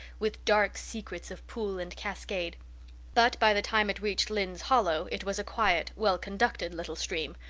with dark secrets of pool and cascade but by the time it reached lynde's hollow it was a quiet, well-conducted little stream,